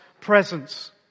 presence